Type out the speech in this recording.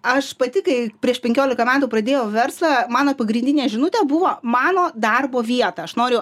aš pati kai prieš penkiolika metų pradėjau verslą mano pagrindinė žinutė buvo mano darbo vieta aš noriu